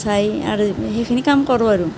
চাই আৰু সেইখিনি কাম কৰো আৰু